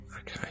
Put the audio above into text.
Okay